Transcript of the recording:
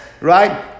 right